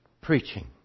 preaching